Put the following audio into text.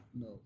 No